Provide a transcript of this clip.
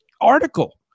Article